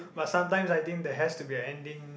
but sometime I think there has to be a ending